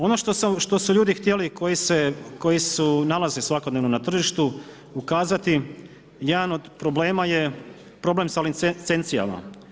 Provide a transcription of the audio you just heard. Ono što su ljudi htjeli koji se nalaze svakodnevno na tržištu ukazati jedan od problema je problem sa licencijama.